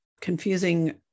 confusing